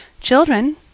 Children